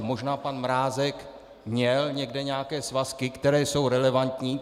Možná pan Mrázek měl někde nějaké svazky, které jsou relevantní.